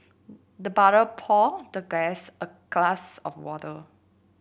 the butler poured the guest a glass of water